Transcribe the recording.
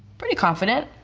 pretty confident.